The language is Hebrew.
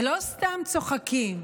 ולא סתם צוחקים,